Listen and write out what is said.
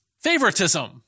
favoritism